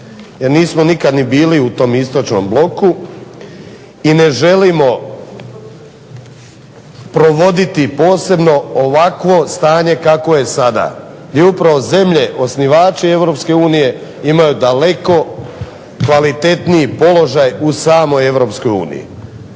nismo nikad ni bili u tom istočnom bloku i ne želimo provoditi posebno ovakvo stanje kakvo je sada. Gdje upravo zemlje osnivači EU imaju daleko kvalitetniji položaj u samoj EU.